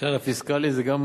הכלל הפיסקלי, זה גם